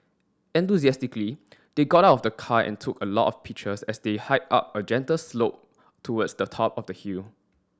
enthusiastically they got out of the car and took a lot of pictures as they hiked up a gentle slope towards the top of the hill